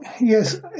Yes